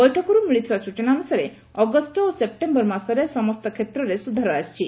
ବୈଠକରୁ ମିଳିଥିବା ସୂଚନା ଅନୁସାରେ ଅଗଷ ଓ ସେପ୍ଯେମ୍ୟର ମାସରେ ସମସ୍ତ କ୍ଷେତ୍ରରେ ସୁଧାର ଆସିଛି